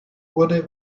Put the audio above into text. wurde